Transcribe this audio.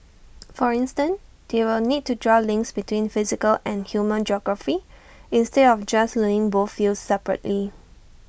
for instance they will need to draw links between physical and human geography instead of just learning both fields separately